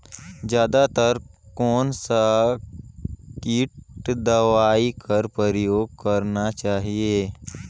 जादा तर कोन स किट दवाई कर प्रयोग करना चाही?